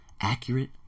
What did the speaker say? accurate